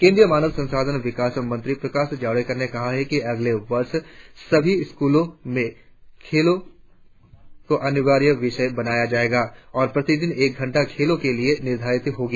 केंद्रीय मानव संसाधन विकास मंत्री प्रकाश जावड़ेकर ने कहा है कि अगले वर्ष सभी स्कूलों में खेलों को अनिवार्य विषय बनाया जायेगा और प्रतिदिन एक घंटा खेलों के लिए निर्धारित होगा